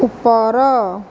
ଉପର